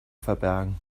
verbergen